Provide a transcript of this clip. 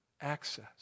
access